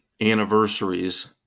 anniversaries